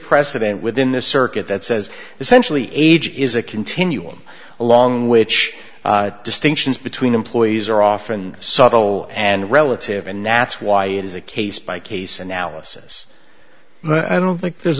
precedent within the circuit that says essentially age is a continuum along which distinctions between employees are often subtle and relative and nat's why it is a case by case analysis but i don't think there's